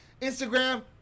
Instagram